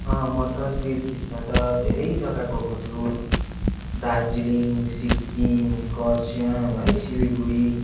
अँ म तस्बिर खिच्न त धेरै जग्गा गएको छु दार्जिलिङ सिक्किम खरसाङ है सिलगढी